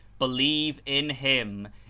believe in him,